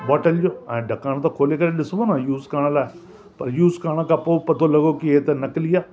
bottle जो ऐं ढकण त खोले करे ॾिसिबो न यूज़ करण लाइ पर यूज़ करण खां पोइ पतो लॻो कि हीउ त नकली आहे